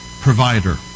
provider